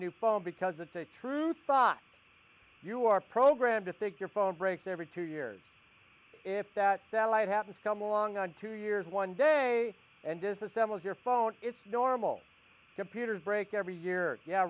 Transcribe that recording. new phone because it's a true thought you are programmed to think your phone breaks every two years if that satellite happens come along on two years one day and this assembles your phone it's normal computers break every year yeah